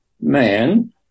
man